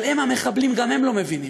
אבל הם, המחבלים, גם הם לא מבינים.